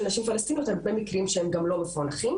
נשים פלשתינאיות הרבה מקרים שהם גם לא מפוענחים.